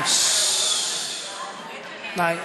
לא יפה.